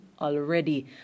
already